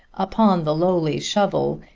upon the lowly shovel,